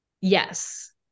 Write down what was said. Yes